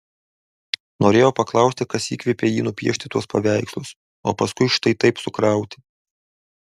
norėjo paklausti kas įkvėpė jį nupiešti tuos paveikslus o paskui štai taip sukrauti